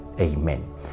Amen